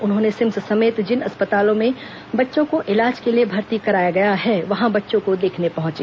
उन्होंने सिम्स समेत जिन अस्पतालों में बच्चों को इलाज के लिए भर्ती कराया गया है वहां बच्चों को देखने पहुंचे